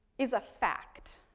is a fact.